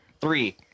Three